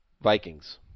Vikings